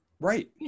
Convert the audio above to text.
right